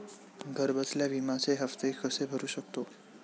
घरबसल्या विम्याचे हफ्ते कसे भरू शकतो?